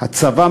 הצבא,